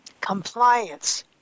compliance